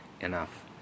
enough